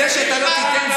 זה שאתה לא תיתן,